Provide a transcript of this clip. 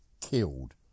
killed